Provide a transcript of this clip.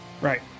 Right